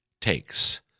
takes